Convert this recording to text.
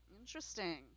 Interesting